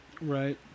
Right